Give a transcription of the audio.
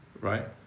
right